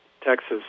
Texas